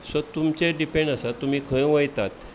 so तुमचेर depend आसा तुमी खंय वयतात